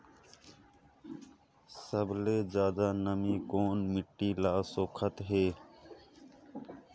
सबले ज्यादा नमी कोन मिट्टी ल सोखत हे?